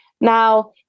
Now